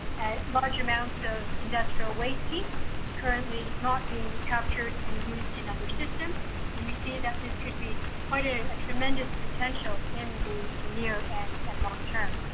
at large amount of industrial waste heat is currently not being captured and used in other system and we see that this could be quite a tremendous potential in the near end and the long term.